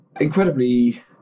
incredibly